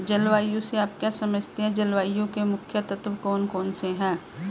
जलवायु से आप क्या समझते हैं जलवायु के मुख्य तत्व कौन कौन से हैं?